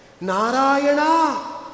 Narayana